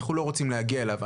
אנחנו לא רוצים להגיע אליו.